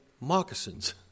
moccasins